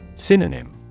Synonym